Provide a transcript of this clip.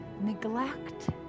neglect